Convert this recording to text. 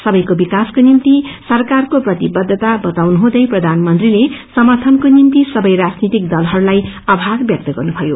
सबैको विकासको सिनम्ति सरकारको प्रतिबद्धता बताउनुहुँदै प्रधानमंत्रीले समर्थनको निम्ति सबै राजनीतिक दलहरूलाई आभार व्यक्त गर्नुभयो